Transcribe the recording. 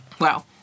Wow